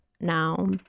now